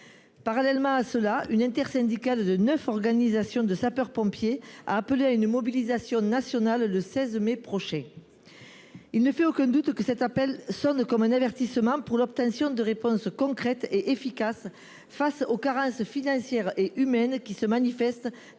parallèle, une intersyndicale représentant neuf organisations de sapeurs pompiers appelle à une mobilisation nationale le 16 mai prochain. Il ne fait aucun doute que cet appel sonne comme un avertissement : il faut des réponses concrètes et efficaces aux carences financières et humaines que l’on